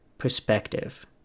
Perspective